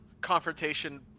confrontation